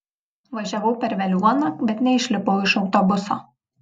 važiavau per veliuoną bet neišlipau iš autobuso